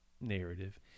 narrative